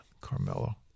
Carmelo